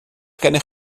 gennych